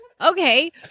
okay